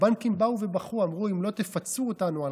הבנקים באו ובכו ואמרו: אם לא תפצו אותנו על